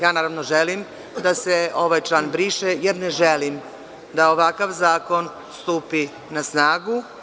Ja želim da se ovaj član briše, jer ne želim da ovakav zakon stupi na snagu.